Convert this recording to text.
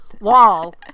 wall